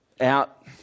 out